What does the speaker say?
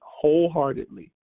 wholeheartedly